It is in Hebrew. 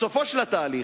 בסופו של התהליך,